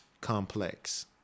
Complex